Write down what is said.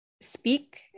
speak